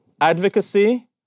advocacy